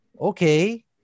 Okay